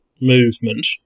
movement